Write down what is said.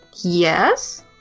Yes